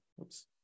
Oops